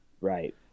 right